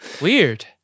Weird